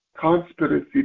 conspiracy